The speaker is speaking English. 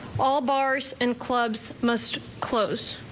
all bars and clubs must close.